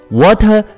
water